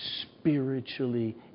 spiritually